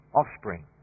offspring